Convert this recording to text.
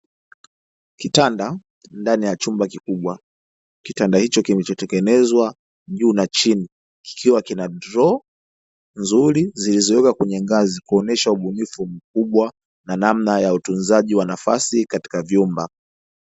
Kitanda ndani ya chumba kikubwa. Kitanda hicho kilichotengenezwa juu na chini, kikiwa kina droo nzuri zilizowekwa kwenye ngazi kuonyesha ubunifu mkubwa na namna ya utunzaji wa nafasi katika vyumba.